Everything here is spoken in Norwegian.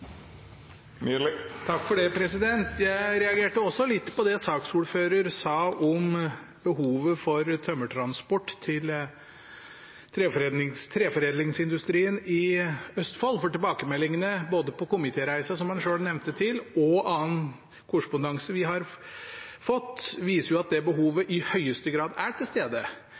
tømmertransport til treforedlingsindustrien i Østfold, for tilbakemeldingene både på komitéreisene, som han selv nevnte, og korrespondanse vi har fått, viser at behovet i høyeste grad er til stede.